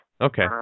Okay